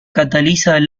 reacción